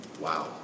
Wow